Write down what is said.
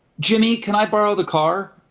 jimmy, can i borrow the car?